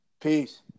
Peace